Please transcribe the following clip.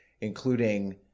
including